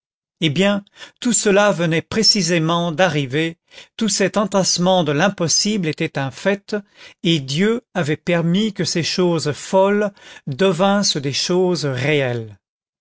eh bien tout cela venait précisément d'arriver tout cet entassement de l'impossible était un fait et dieu avait permis que ces choses folles devinssent des choses réelles